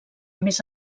més